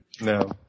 no